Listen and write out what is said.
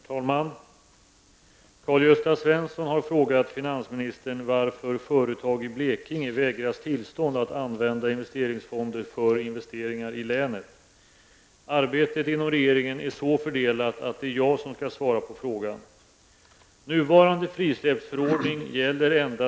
Herr talman! Karl-Gösta Svenson har frågat finansminstern varför företag i Blekinge vägrats tillstånd att använda investeringsfonder för investeringar i länet. Arbetet inom regeringen är så fördelat att det är jag som skall svara på frågan.